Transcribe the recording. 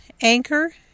Anchor